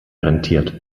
rentiert